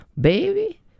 baby